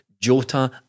Jota